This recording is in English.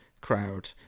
crowd